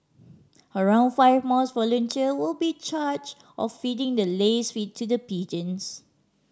around five mosque volunteer will be charge of feeding the lace feed to the pigeons